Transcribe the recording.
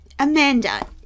amanda